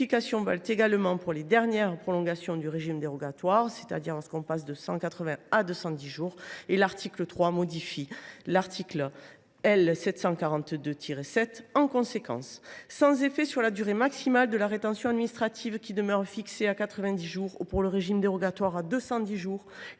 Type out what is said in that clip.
Ces modifications valent également pour les dernières prolongations du régime dérogatoire, celui ci passant de 180 à 210 jours. L’article 3 modifie l’article L. 742 7 en conséquence. Sans effet sur la durée maximale de la rétention administrative, qui demeure fixée à 90 jours ou, pour le régime dérogatoire, à 210 jours,